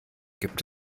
gibt